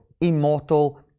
immortal